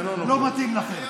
לא מתאים לכם.